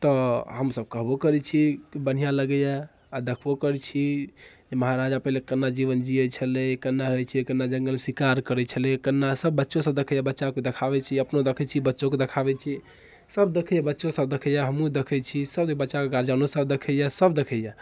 तऽ हमसब कहबो करैत छी बढ़िआँ लगैए आ देखबो करैत छी महाराजा पहिले केना जीवन जियैत छलै केना रहैत छलै केना जङ्गल शिकार करैत छलै केना सब बच्चो सब देखैए बच्चाके देखाबैत छी अपनो देखैत छी बच्चोके देखाबैत छी सब देखैए बच्चो सब देखैए हमहूँ देखैत छी सब बच्चाके गार्जियनो सब देखैए सब देखैए